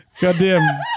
goddamn